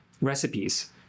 recipes